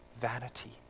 vanity